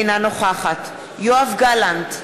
אינה נוכחת יואב גלנט,